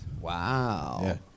Wow